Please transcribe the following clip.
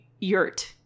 Yurt